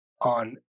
on